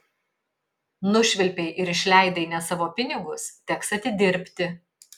nušvilpei ir išleidai ne savo pinigus teks atidirbti